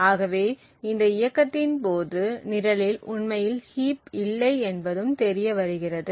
ஆகவே இந்த இயக்கத்தின் போது நிரலில் உண்மையில் ஹீப் இல்லை என்பதும் தெரிய வருகிறது